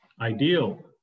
ideal